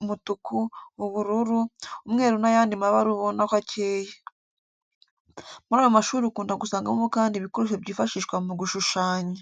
umutuku, ubururu, umweru n'ayandi mabara ubona ko akeye. Muri ayo mashuri ukunda gusangamo kandi ibikoresho byifashishwa mu gushushanya.